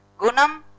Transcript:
Gunam